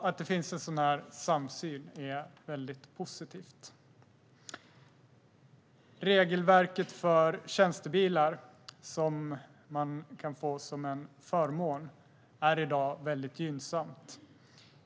Att det finns en sådan här samsyn är därför väldigt positivt. Regelverket för tjänstebil, som man kan få som en förmån, är i dag väldigt gynnsamt.